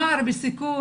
נוער בסיכון,